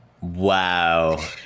wow